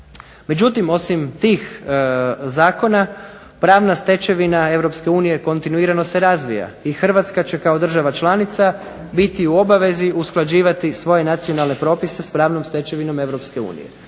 Međutim, osim tih zakona pravna stečevina Europske unije kontinuirano se razvija i Hrvatska će kao država članica biti u obavezi usklađivati svoje nacionalne propise s pravnom stečevinom